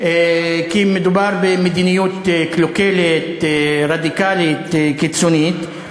כי מדובר במדיניות קלוקלת, רדיקלית, קיצונית.